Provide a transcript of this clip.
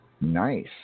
Nice